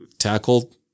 tackled